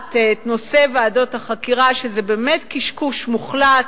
אחת את נושא ועדות החקירה, שזה באמת קשקוש מוחלט,